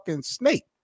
snake